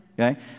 Okay